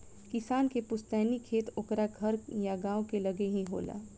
किसान के पुस्तैनी खेत ओकरा घर या गांव के लगे ही होला